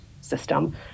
system